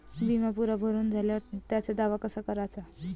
बिमा पुरा भरून झाल्यावर त्याचा दावा कसा कराचा?